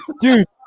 Dude